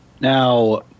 Now